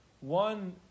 one